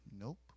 nope